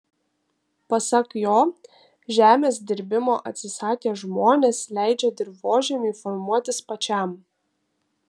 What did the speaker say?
pasak jo žemės dirbimo atsisakę žmonės leidžia dirvožemiui formuotis pačiam